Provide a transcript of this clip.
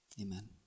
amen